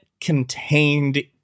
contained